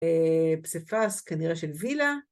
פספס כנראה של וילה.